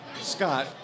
Scott